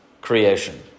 creation